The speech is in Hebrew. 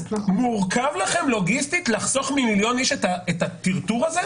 אז מורכב לכם לוגיסטית לחסוך ממיליון איש את הטרטור הזה?